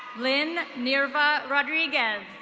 lynn nerva rodriguez.